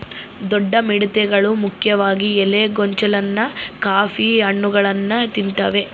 ದೊಡ್ಡ ಮಿಡತೆಗಳು ಮುಖ್ಯವಾಗಿ ಎಲೆ ಗೊಂಚಲನ್ನ ಕಾಫಿ ಹಣ್ಣುಗಳನ್ನ ತಿಂತಾವೆ